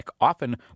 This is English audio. often